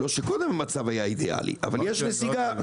לא שקודם המצב היה אידיאלי אבל יש נסיגה.